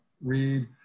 read